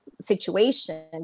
situation